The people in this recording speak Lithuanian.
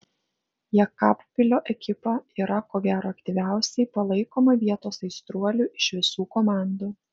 jekabpilio ekipa yra ko gero aktyviausiai palaikoma vietos aistruolių iš visų komandų